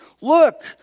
Look